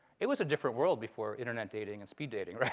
it was a different world before internet dating and speed dating,